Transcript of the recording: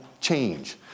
change